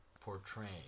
portraying